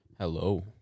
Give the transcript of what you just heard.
Hello